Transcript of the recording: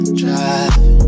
drive